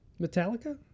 Metallica